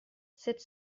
sept